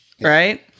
right